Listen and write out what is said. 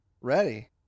ready